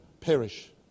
perish